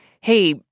hey